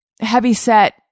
heavy-set